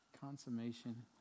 Consummation